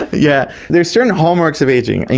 yeah there are certain hallmarks of ageing.